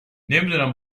نمیدونم